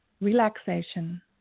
relaxation